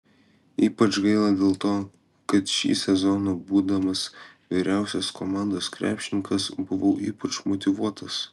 ypač gaila dėl to kad šį sezoną būdamas vyriausias komandos krepšininkas buvau ypač motyvuotas